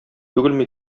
түгелме